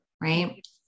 Right